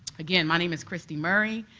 again, my name is christie murray,